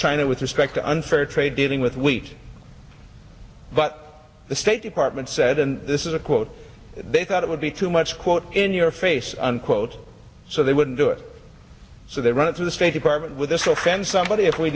china with respect to unfair trade dealing with wheat but the state department said and this is a quote they thought it would be too much quote in your face unquote so they wouldn't do it so they went to the state department with this will send somebody if we